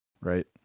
right